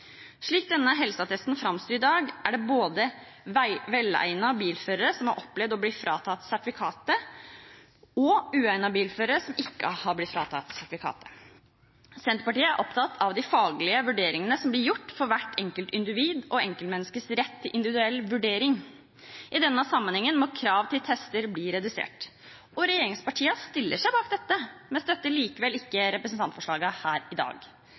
Slik denne helseattesten framstår i dag, er det både velegnete bilførere som har opplevd å bli fratatt sertifikatet, og uegnete bilførere som ikke har blitt fratatt sertifikatet. Senterpartiet er opptatt av de faglige vurderingene som blir gjort for hvert enkelt individ, og enkeltmenneskenes rett til individuell vurdering. I denne sammenheng må krav til tester bli redusert. Regjeringspartiene stiller seg bak dette, men støtter likevel ikke representantforslaget her i dag.